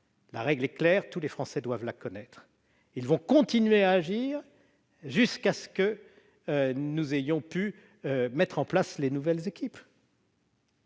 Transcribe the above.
La règle est claire. Tous les Français doivent la connaître. Ces élus vont continuer à agir jusqu'à ce que nous puissions mettre en place les nouvelles équipes.